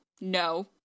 no